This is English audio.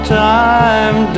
time